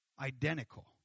identical